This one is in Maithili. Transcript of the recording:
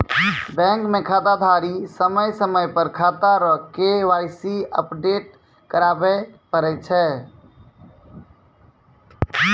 बैंक मे खाताधारी समय समय पर खाता रो के.वाई.सी अपडेट कराबै पड़ै छै